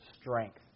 strength